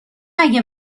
اگه